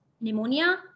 pneumonia